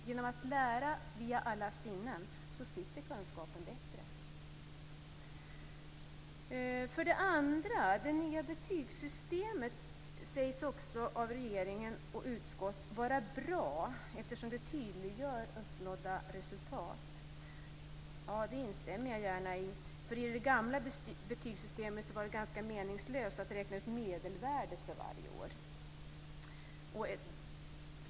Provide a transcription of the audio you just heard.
Genom att man lär sig via alla sinnen sitter kunskapen bättre. För det andra: Det nya betygssystemet sägs också av regering och utskott vara bra eftersom det tydliggör uppnådda resultat. Det instämmer jag gärna i. I det gamla betygssystemet var det ganska meningslöst att räkna ut medelvärden för varje år.